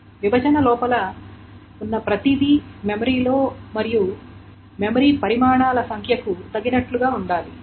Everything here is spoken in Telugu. విభజన లోపల ఉన్న ప్రతిదీ మెమరీలో మరియు మెమరీ పరిమాణాల సంఖ్యకు తగినట్లుగా ఉండాలి